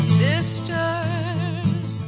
sisters